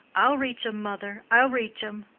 i'll reach em, mother i'll reach em,